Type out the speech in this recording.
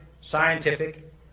scientific